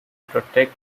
protect